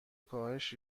کاهش